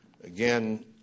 Again